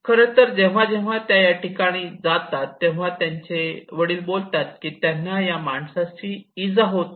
खरं तर जेव्हा जेव्हा ते या ठिकाणी जातात तेव्हा त्यांचे वडील बोलतात की त्यांना या माणसाची इजा होत नाही